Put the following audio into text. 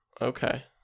okay